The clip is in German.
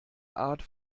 art